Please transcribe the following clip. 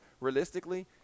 realistically